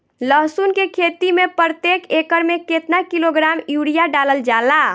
लहसुन के खेती में प्रतेक एकड़ में केतना किलोग्राम यूरिया डालल जाला?